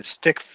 stick